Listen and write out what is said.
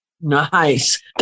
Nice